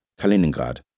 Kaliningrad